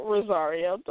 Rosario